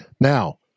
Now